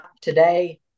today